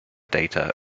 data